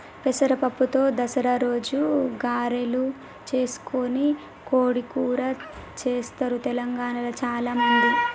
పెసర పప్పుతో దసరా రోజు గారెలు చేసుకొని కోడి కూర చెస్తారు తెలంగాణాల చాల మంది